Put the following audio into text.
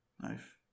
knife